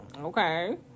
Okay